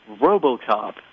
Robocop